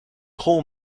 coal